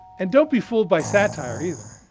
and don't be fooled by satire either.